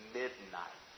midnight